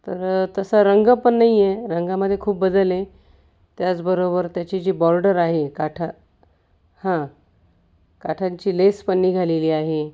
तर तसा रंग पण नाही आहे रंगामध्ये खूप बदल आहे त्याचबरोबर त्याची जी बॉर्डर आहे काठा हां काठांची लेस पण निघालेली आहे